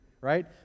right